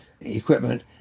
equipment